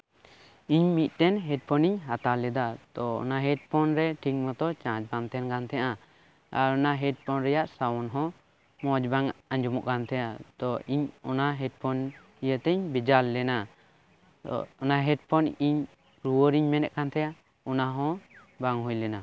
ᱤᱧ ᱢᱤᱫ ten headphone ᱤᱧ ᱦᱟᱛᱟᱣ ᱞᱮᱫᱟ ᱛᱳ ᱚᱱᱟ ᱦᱮᱰᱯᱷᱳᱱ ᱨᱮ ᱴᱷᱤᱠ ᱢᱚᱛᱚ ᱪᱟᱨᱡ ᱵᱟᱝ ᱛᱟᱸᱦᱮᱱ ᱠᱟᱱ ᱛᱟᱦᱮᱱᱟ ᱟᱨ ᱚᱱᱟ ᱦᱮᱰᱯᱷᱳᱱ ᱨᱮᱭᱟᱜ ᱥᱟᱣᱩᱱᱰ ᱦᱚᱸ ᱢᱚᱸᱡᱽ ᱵᱟᱝ ᱟᱸᱡᱚᱢᱚᱜ ᱠᱟᱱ ᱛᱟᱸᱦᱮᱜ ᱛᱳ ᱤᱧ ᱚᱱᱟ ᱦᱮᱰᱯᱷᱳᱱ ᱤᱭᱟᱹᱛᱤᱧ ᱵᱮᱡᱟᱨ ᱞᱮᱱᱟ ᱚᱱᱟ ᱦᱮᱰᱯᱷᱳᱱ ᱤᱧ ᱨᱩᱣᱟᱹᱲᱤᱧ ᱢᱚᱱᱮᱭᱮᱫ ᱠᱟᱱ ᱛᱟᱦᱮᱱᱟ ᱚᱱᱟ ᱦᱚᱸ ᱵᱟᱝ ᱦᱩᱭ ᱞᱮᱱᱟ